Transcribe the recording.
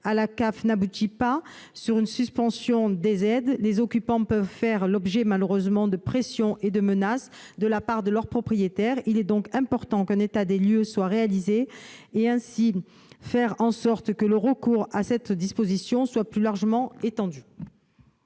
à la CAF n'aboutit pas à une suspension des aides, les occupants font malheureusement souvent l'objet de pressions et de menaces de la part de leur propriétaire. Il est donc important qu'un état des lieux soit réalisé et que le recours à cette disposition soit plus largement étendu.